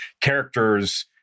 characters